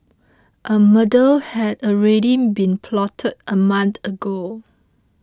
a murder had already been plotted a month ago